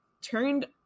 turned